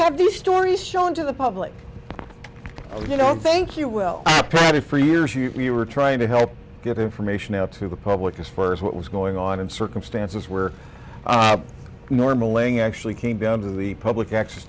have these stories shown to the public you know and thank you well i played it for years you were trying to help get information out to the public as far as what was going on in circumstances where normal laying actually came down to the public access